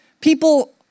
People